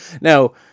Now